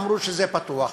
אמרו שזה פתוח.